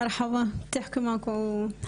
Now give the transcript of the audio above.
(מדברת בשפה הערבית,